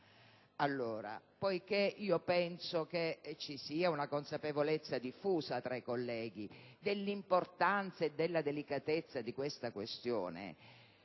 Allora, poiché penso ci sia con una consapevolezza diffusa tra i colleghi dell'importanza e della delicatezza della questione,